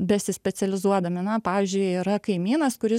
besispecializuodami na pavyzdžiui yra kaimynas kuris